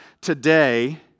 today